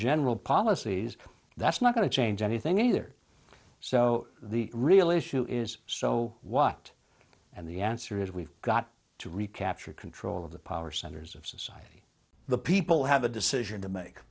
general policies that's not going to change anything either so the real issue is so what and the answer is we've got to recapture control of the power centers of society the people have a decision to make